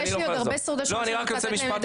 יש לי עוד הרבה שורדי שואה שרוצים לדבר,